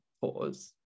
pause